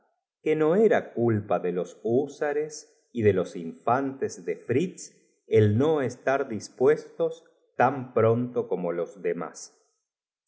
que no era culpa de los húsares y de los infantes de fritz el no estar dispuestos tan pronto como los demás